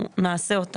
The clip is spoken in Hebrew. התקרה צריכה להיות.